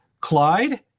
Clyde